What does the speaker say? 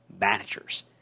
managers